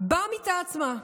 במיטה עצמה,